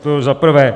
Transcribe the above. To za prvé.